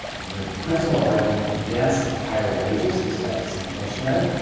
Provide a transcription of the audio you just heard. their principal argument against higher wages is that it's inflationary.